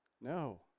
No